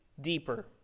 deeper